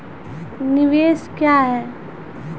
निवेश क्या है?